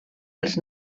els